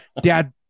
dad